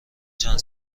چند